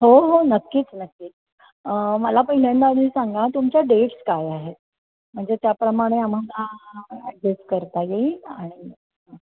हो हो नक्कीच नक्कीच मला पहिल्यांदा आधी सांगा तुमच्या डेट्स काय आहेत म्हणजे त्याप्रमाणे आम्हाला ॲडजस्ट करता येईल आणि हां